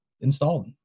installed